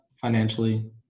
financially